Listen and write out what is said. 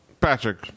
Patrick